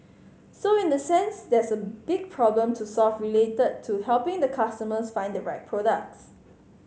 so in the sense there's a big problem to solve related to helping the customers find the right products